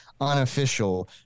unofficial